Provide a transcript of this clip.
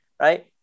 right